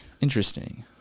Interesting